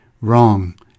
Wrong